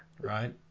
right